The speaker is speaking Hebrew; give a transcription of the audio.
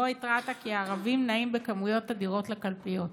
בו התרעת כי 'הערבים נעים בכמויות אדירות לקלפיות',